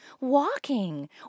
walking